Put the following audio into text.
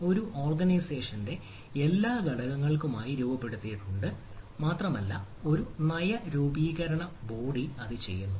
ഇത് ഓർഗനൈസേഷനുകളുടെ എല്ലാ ഘടകങ്ങൾക്കുമായി രൂപപ്പെടുത്തിയിട്ടുണ്ട് മാത്രമല്ല ഒരു നയരൂപീകരണ ബോഡി അത് ചെയ്യുന്നു